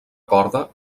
corda